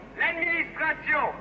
l'administration